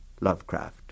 Lovecraft